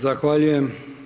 Zahvaljujem.